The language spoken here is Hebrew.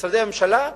משרדי הממשלה,